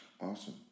Awesome